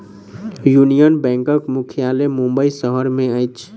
union बैंकक मुख्यालय मुंबई शहर में अछि